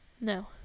No